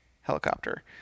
helicopter